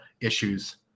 issues